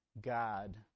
God